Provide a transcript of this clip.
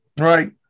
Right